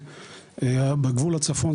בגבול הצפון,